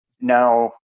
now